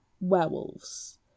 werewolves